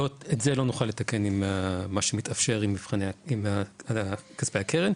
את זה לא נוכל לתקן עם מה שמתאפשר עם כספי הקרן.